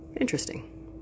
interesting